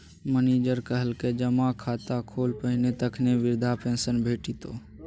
manager कहलकै जमा खाता खोल पहिने तखने बिरधा पेंशन भेटितौ